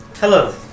Hello